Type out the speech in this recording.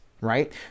right